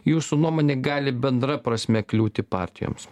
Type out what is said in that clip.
jūsų nuomone gali bendra prasme kliūti partijoms